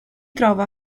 trova